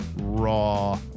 raw